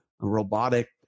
robotic